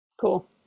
Cool